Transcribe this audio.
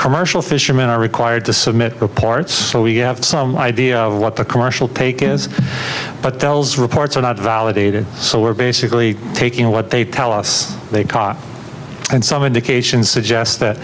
commercial fishermen are required to submit reports so we have some idea of what the commercial take is but tells reports are not validated so we're basically taking what they tell us they've caught and some indications suggest that